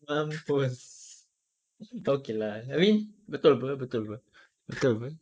mm he was kau okay lah I mean betul apa betul apa betul apa